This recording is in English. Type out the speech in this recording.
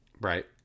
right